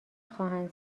خواهند